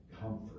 comfort